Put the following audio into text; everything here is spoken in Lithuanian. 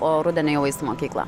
o rudenį jau ais į mokyklą